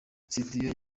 studio